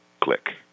Click